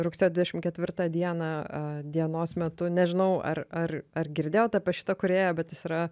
rugsėjo dvidešim ketvirtą dieną dienos metu nežinau ar ar ar girdėjot apie šitą kūrėją bet jis yra